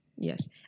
Yes